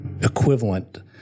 equivalent